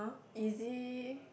easy